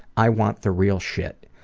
i want the real shit.